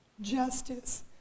justice